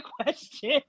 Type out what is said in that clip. question